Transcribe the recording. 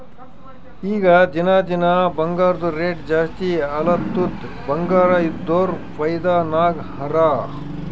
ಈಗ ದಿನಾ ದಿನಾ ಬಂಗಾರ್ದು ರೇಟ್ ಜಾಸ್ತಿ ಆಲತ್ತುದ್ ಬಂಗಾರ ಇದ್ದೋರ್ ಫೈದಾ ನಾಗ್ ಹರಾ